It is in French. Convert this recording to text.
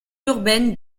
urbaine